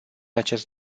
acest